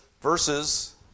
versus